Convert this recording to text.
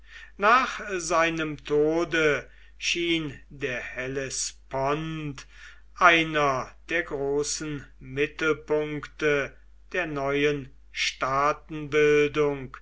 nach seinem tode schien der hellespont einer der großen mittelpunkte der neuen